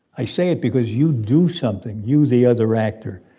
i say it because you do something you, the other actor,